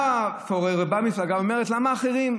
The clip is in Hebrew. בא פורר, באה המפלגה, והיא אומרת: למה "אחרים"?